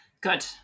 Good